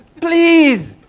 Please